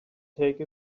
take